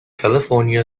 california